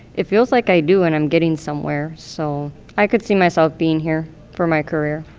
it feels like i do, and i'm getting somewhere. so i could see myself being here for my career.